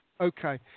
Okay